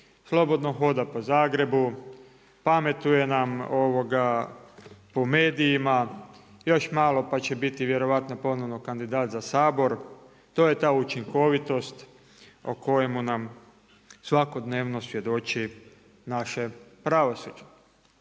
slobodno hoda po Zagrebu, pametuje nam po medijima, još malo pa će biti vjerojatno ponovno kandidat za Sabor, to je ta učinkovitost o kojemu nam svakodnevno svjedoči naše pravosuđe.